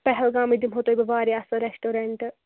پہلگامَے دِمہو تۄہہِ بہٕ واریاہ اصل ریٚسٹورنٹ